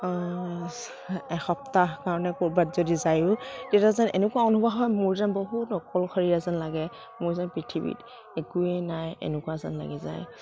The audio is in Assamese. এসপ্তাহ কাৰণে ক'ৰবাত যদি যায়ো তেতিয়া যেন এনেকুৱা অনুভৱ হয় মোৰ যেন বহুত অকলশৰীয়া যেন লাগে মোৰ যেন পৃথিৱীত একোৱে নাই এনেকুৱা যেন লাগি যায়